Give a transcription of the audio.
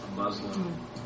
Muslim